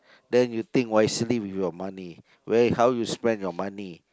then you think wisely with your money where how you spend your money